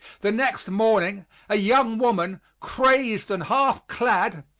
the next morning a young woman, crazed and half clad,